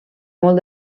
molt